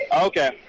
Okay